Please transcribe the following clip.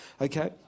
okay